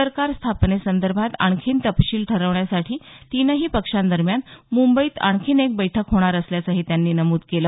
सरकार स्थापनेसंदर्भात आणखी तपशील ठरवण्यासाठी तिन्ही पक्षांदरम्यान मुंबईत आणखी एक बैठक होणार असल्याचंही त्यांनी नमुद केलं